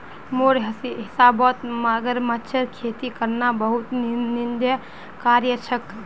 मोर हिसाबौत मगरमच्छेर खेती करना बहुत निंदनीय कार्य छेक